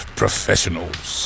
professionals